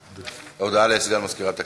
הודעה לסגן מזכירת הכנסת.